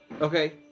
Okay